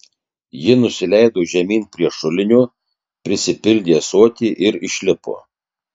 ji nusileido žemyn prie šulinio prisipildė ąsotį ir išlipo